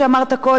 אבל גם העובדים,